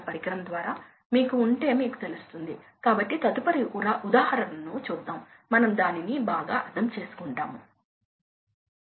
ఈ వైపు మొత్తం హెడ్ నీటి అడుగులలో కలిగి ఉన్నారు ఇంతకు ముందు మీకు ఇంచెస్ ఉన్నాయి ఎందుకంటే అది గ్యాస్ ఇది లిక్విడ్